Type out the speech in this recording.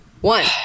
One